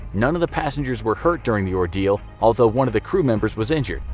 none of the passengers were hurt during the ordeal, although one of the crew members was injured.